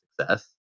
success